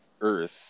earth